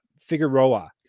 Figueroa